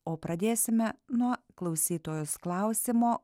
o pradėsime nuo klausytojos klausimo